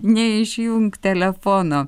neišjunk telefono